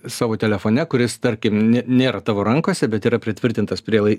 savo telefone kuris tarkim ne nėra tavo rankose bet yra pritvirtintas prie lai